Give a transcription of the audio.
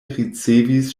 ricevis